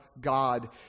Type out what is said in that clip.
God